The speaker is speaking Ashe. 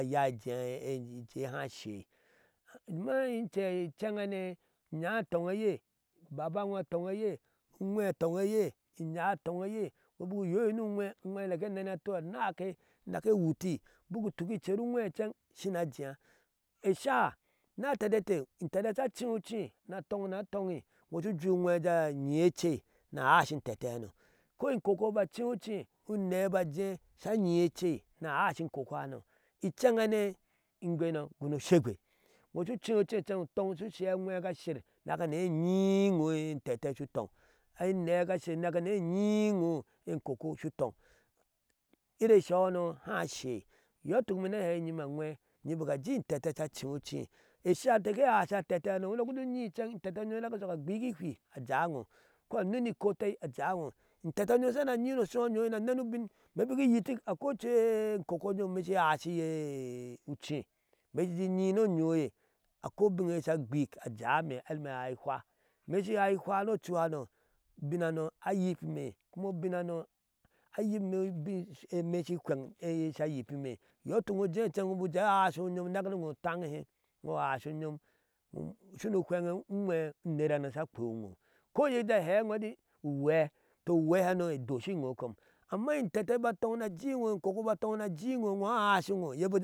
Ayai ejee e ince haa shei amma inte incɛŋhane iya atoŋ e iyee, ibabaŋo atoŋ e iyee, unwee atoŋ eyee, inyaa atoŋ eiye, iŋo bik uyee oye ni uŋwɛɛe sha dak anɛnɛɛ atoi anakke ni dak ewuti, bik utuk icer uŋwɛɛ incɛŋ shina jea esha ni antɛtɛɛ intete sha acee uce ni atɔn ni atoŋŋi iŋo shu ujee unwee ja nyiiecei ni a ashe intɛtɛhano, kaikako bik acee ucee uhɛɛ ba jɛɛ sha nyii ecei ni a ashe inkokohane uncɛŋhane ngweno oguni oshegbe ino shu cee ucee inceŋ utɔn shu shee angwee ga sher nikane nyiŋo e intɛtɛ shu tɔŋ, enɛɛ ga sher ni ga ni eyinoo ekoko shu utɔŋ, ishɔshɔnɔ haa shei iyoo ituk imee in naa ahɛwiyim aŋgwee, inyime bik ajɛɛ intɛtɛ sha acee ucee esha inte ke aisha anɛtɛhano iŋo shu dak ashok agbik ihwee ajano ko anun ikotoi ajano intɛɛ nyom sha iya ni anyi ni oshɔɔ onyɔɔ e iyee ni anɛnɛ ubin, ime bik inyitik akwai ocui ekoko nyom ime shin ashishi iyee uce, imee in jee ninyi ni oshɔɔ onyoo e iyee akwai ubine iyee sha gbik a jameeti mee in ai in hwaa imee shin ai in hwa ni ocuhano ubinano oyikime, kuma ubimano a yi kime idee ime shinu hweŋ eyesha yikime. iyɔɔ ituk ino bik ujee inɛŋ a aishihe unyom unɛkɛ a jɛɛ giti iŋoo utannihe ino u aishe unyom shunu hweŋŋe uŋwɛɛ unerhanosha kpewiŋo, koo iyee je hewiŋo ɛti uŋwee uŋwɛhanoi edoshino kom, amma initɛta ba atoŋ ni. a jɛɛ inɔ inkoko ba tɔŋ ni ajɛ iŋo, iŋo haa u aishiŋo.